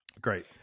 Great